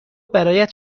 برایت